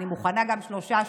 אני מוכנה גם שלושה שבועות.